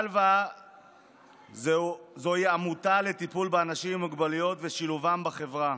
שלוה זו עמותה לטיפול באנשים עם מוגבלויות ושילובם בחברה.